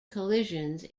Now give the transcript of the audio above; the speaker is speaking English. collisions